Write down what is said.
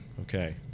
okay